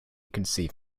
conceive